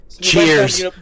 cheers